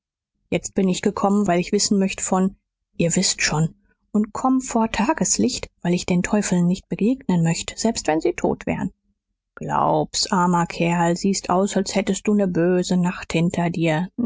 jetzt bin ich gekommen weil ich wissen möchte von ihr wißt schon und komm vor tageslicht weil ich den teufeln nicht begegnen möcht selbst wenn sie tot wären glaub's armer kerl siehst aus als hättst du ne böse nacht hinter dir